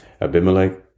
Abimelech